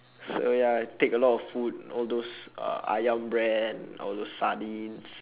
so ya I take a lot of food all those ayam brand all those sardines